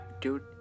Dude